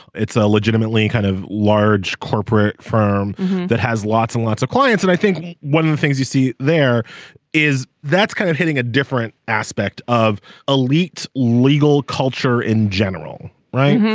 it's a legitimately kind of large corporate firm that has lots and lots of clients and i think one of the things you see there is that's kind of hitting a different aspect of elite legal culture in general right.